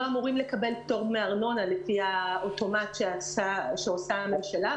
אמורים לקבל פטור מארנונה לפי האוטומט שעושה הממשלה.